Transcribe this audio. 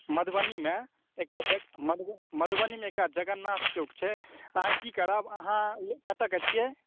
मधुबनीमे एकटा जग मधुबनीमे एकटा जगन्नाथ चौक छै अहाँ की करब अहाँ कतऽके छिऐ